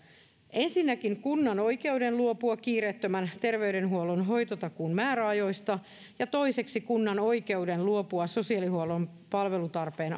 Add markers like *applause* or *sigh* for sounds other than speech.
ensinnäkin kunnan oikeuden luopua kiireettömän terveydenhuollon hoitotakuun määräajoista ja toiseksi kunnan oikeuden luopua sosiaalihuollon palvelutarpeen *unintelligible*